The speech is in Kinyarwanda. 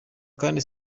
kandi